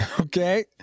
Okay